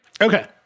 Okay